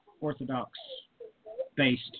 Orthodox-based